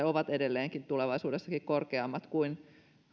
ovat edelleenkin tulevaisuudessa korkeammat kuin